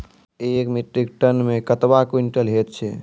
एक metric ton मे कतवा क्वींटल हैत छै?